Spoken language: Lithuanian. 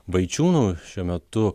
vaičiūnu šiuo metu